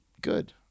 good